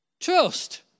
Trust